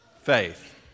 faith